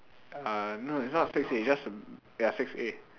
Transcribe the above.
uh no it's not six a it's just ya six a